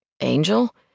Angel